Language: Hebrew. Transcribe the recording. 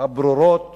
הברורות